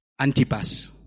Antipas